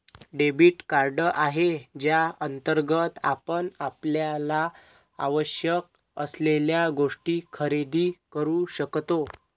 debit card आहे ज्याअंतर्गत आपण आपल्याला आवश्यक असलेल्या गोष्टी खरेदी करू शकतो